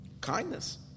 kindness